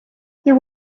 there